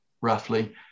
roughly